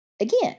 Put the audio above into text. again